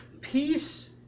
peace